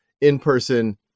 in-person